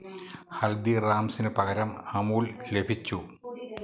ഹൽദിറാംസിനു പകരം അമുൽ ലഭിച്ചു